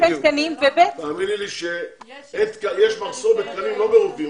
יש מחסור בתקנים ולא ברופאים.